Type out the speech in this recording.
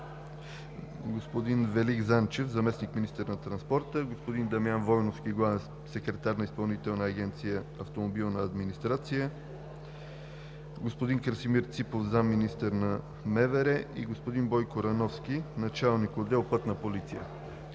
господин Велик Занчев – заместник-министър на транспорта, господин Дамян Войновски – главен секретар на Изпълнителната агенция „Автомобилна администрация“, господин Красимир Ципов – заместник-министър на МВР, и господин Бойко Рановски – началник отдел „Пътна полиция“.